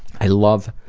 i love